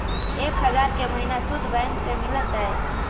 एक हजार के महिना शुद्ध बैंक से मिल तय?